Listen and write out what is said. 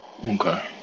Okay